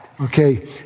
Okay